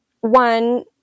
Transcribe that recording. One